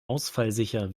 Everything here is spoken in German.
ausfallsicher